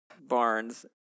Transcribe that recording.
Barnes